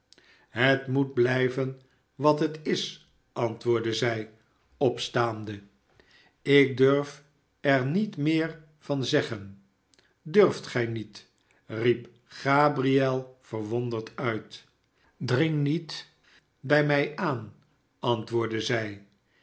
het moet blijven wat het is antwoordde zij opstaande ik durf er niet meer van zeggen durft gij niet riep gabriel verwonderd uit dring niet bij mij aan antwoordde zij